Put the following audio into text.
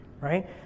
right